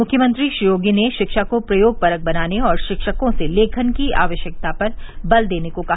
मुख्यमंत्री श्री योगी ने शिक्षा को प्रयोगपरक बनाने और शिक्षकों से लेखन की आवश्यकता पर बल देने को कहा